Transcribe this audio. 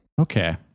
Okay